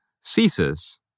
ceases